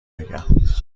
بگم